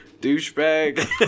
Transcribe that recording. douchebag